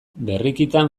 berrikitan